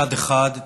מצד אחד,